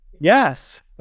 Yes